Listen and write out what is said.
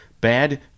bad